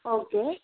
okay